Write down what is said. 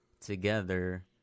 together